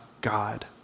God